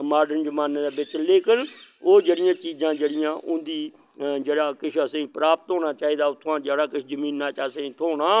modern जमाने दै बिच्च लेकन ओह् जेह्ड़ियां चीजां जेह्ड़ियां उं'दी जेह्ड़ा किस असें प्राप्त होना चाहिदा उत्थुआं जेह्ड़ा किश जमीने चा असें थ्होना